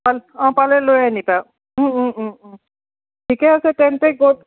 অঁ পালে লৈ আহিবা ঠিকে আছে তেন্তে